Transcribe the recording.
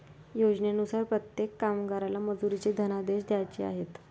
योजनेनुसार प्रत्येक कामगाराला मजुरीचे धनादेश द्यायचे आहेत